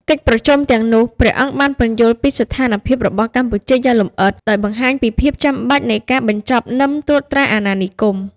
ក្នុងកិច្ចប្រជុំទាំងនោះ ព្រះអង្គបានពន្យល់ពីស្ថានភាពរបស់កម្ពុជាយ៉ាងលម្អិត ដោយបង្ហាញពីភាពចាំបាច់នៃការបញ្ចប់នឹមត្រួតត្រាអាណានិគម។